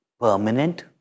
permanent